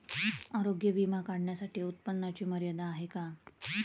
आरोग्य विमा काढण्यासाठी उत्पन्नाची मर्यादा आहे का?